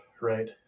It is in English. right